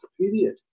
period